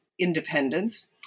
Independence